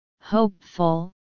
hopeful